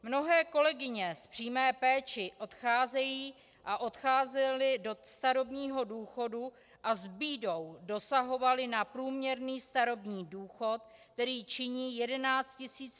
Mnohé kolegyně v přímé péči odcházejí a odcházely do starobního důchodu a s bídou dosahovaly na průměrný starobní důchod, který činí 11 331 Kč.